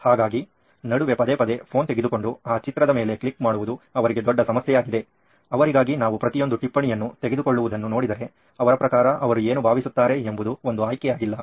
ಹಾಗಾಗಿ ನಡುವೆ ಪದೇ ಪದೇ ಫೋನ್ ತೆಗೆದುಕೊಂಡು ಅ ಚಿತ್ರದ ಮೇಲೆ ಕ್ಲಿಕ್ ಮಾಡುವುದು ಅವರಿಗೆ ದೊಡ್ಡ ಸಮಸ್ಯೆಯಾಗಿದೆ ಅವರಿಗಾಗಿ ನಾವು ಪ್ರತಿಯೊಂದು ಟಿಪ್ಪಣಿಯನ್ನು ತೆಗೆದುಕೊಳ್ಳುವುದನ್ನು ನೋಡಿದರೆ ಅವರ ಪ್ರಕಾರ ಅವರು ಏನು ಭಾವಿಸುತ್ತಾರೆ ಎಂಬುದು ಒಂದು ಆಯ್ಕೆಯಾಗಿಲ್ಲ